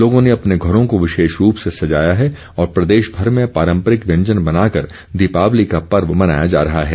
लोगों ने अपने घरों को विशेष रूप से सजाया है और प्रदेशभर में पारंपरिक व्यंजन बनाकर दीपावली का पर्व मनाया जा रहा है